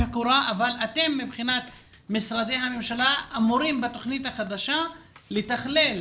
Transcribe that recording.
הקורה אבל אתם מבחינת משרדי הממשלה אמורים בתוכנית החדשה לתכלל,